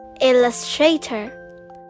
Illustrator